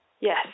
Yes